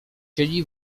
siedzi